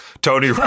Tony